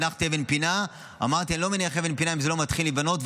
הנחתי אבן פינה ואמרתי: אני לא מניח אבן פינה אם זה לא מתחיל להיבנות,